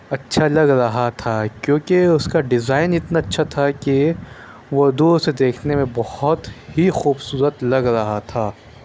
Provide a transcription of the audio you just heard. اچھا لگ رہا تھا کیوں کہ اُس کا ڈیزائن اتنا اچھا تھا کہ وہ دور سے دیکھنے میں بہت ہی خوبصورت لگ رہا تھا